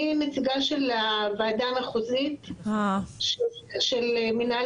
אני נציגה של הוועדה המחוזית של מנהל